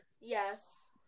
Yes